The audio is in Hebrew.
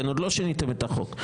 עוד לא שיניתם את החוק.